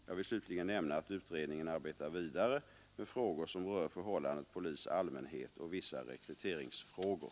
Jag vill slutligen nämna att utredningen arbetar vidare med frågor som rör förhållandet polis—-allmänhet och vissa rekryteringsfrågor.